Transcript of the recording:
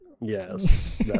Yes